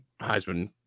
Heisman